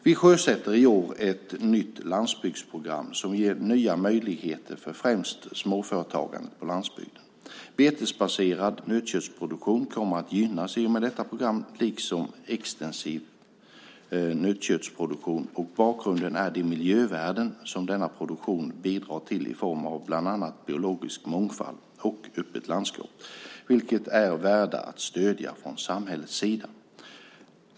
Vi sjösätter i år ett nytt landsbygdsprogram som ger nya möjligheter för främst småföretagandet på landsbygden. Betesbaserad nötköttsproduktion kommer att gynnas i och med detta program liksom extensiv nötköttsproduktion. Bakgrunden är de miljövärden som denna produktion bidrar till i form av bland annat biologisk mångfald och öppet landskap vilka även är värda att stödja från samhällets sida.